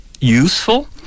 useful